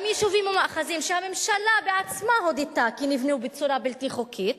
גם יישובים ומאחזים שהממשלה בעצמה הודתה כי נבנו בצורה בלתי חוקית,